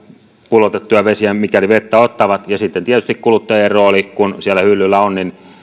pullotettuja vesiä mikäli vettä ottavat ja sitten on tietysti kuluttajien rooli kun siellä hyllyillä on niin